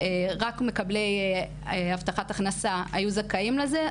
רק מקבלי הבטחת הכנסה היו זכאים לזה,